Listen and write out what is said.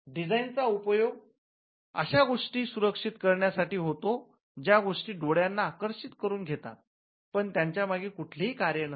डिझाईनचा उपयोग अशा गोष्टी सुरक्षित करण्यासाठी होतो ज्या गोष्टी डोळ्यांना आकर्षित करून घेतात पण त्यांच्यामागे कुठलेही कार्य नसते